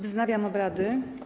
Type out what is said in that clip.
Wznawiam obrady.